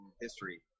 history